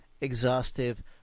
exhaustive